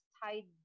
tied